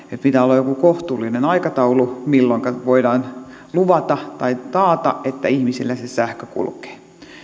pitää olla joku kohtuullinen aikataulu milloinka voidaan luvata tai taata että ihmisille se sähkö kulkee